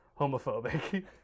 homophobic